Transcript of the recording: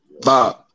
Bob